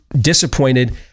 disappointed